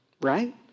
right